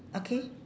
okay